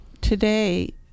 today